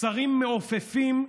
שרים מעופפים,